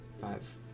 Five